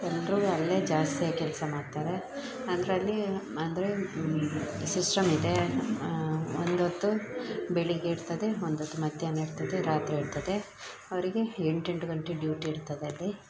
ಎಲ್ಲರೂ ಅಲ್ಲೇ ಜಾಸ್ತಿ ಆಗಿ ಕೆಲಸ ಮಾಡ್ತಾರೆ ಅಂದ್ರೆ ಅಲ್ಲಿ ಅಂದರೆ ಸಿಸ್ಟಮ್ ಇದೆ ಒಂದೊತ್ತು ಬೆಳಿಗ್ಗೆ ಇರ್ತದೆ ಒಂದೊತ್ತು ಮಧ್ಯಾಹ್ನ ಇರ್ತದೆ ರಾತ್ರಿ ಇರ್ತದೆ ಅವರಿಗೆ ಎಂಟೆಂಟು ಗಂಟೆ ಡ್ಯೂಟಿ ಇರ್ತದಲ್ಲಿ